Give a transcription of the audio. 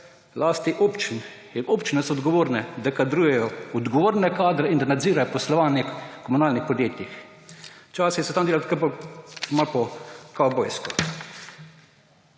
na strani občin, občine so odgovorne, da kadrujejo odgovorne kadre in da nadzirajo poslovanje komunalnih podjetij. Včasih so tam delali kar malo po kavbojsko.